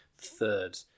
third